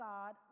God